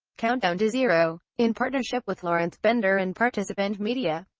countdown to zero, in partnership with lawrence bender and participant media.